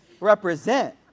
Represent